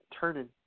turning